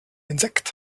insekt